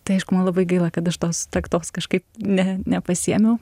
tai aišku man labai gaila kad aš tos kaktos kažkaip ne nepasiėmiau